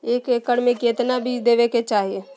एक एकड़ मे केतना बीज देवे के चाहि?